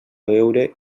veure